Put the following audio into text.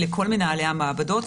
לכל מנהלי המעבדות,